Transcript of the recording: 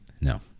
No